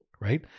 Right